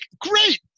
great